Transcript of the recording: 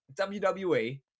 WWE